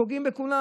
פוגעים בכולם.